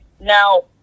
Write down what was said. now